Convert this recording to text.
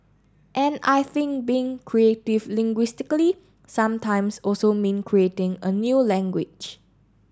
and I think being creative linguistically sometimes also mean creating a new language